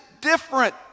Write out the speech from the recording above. different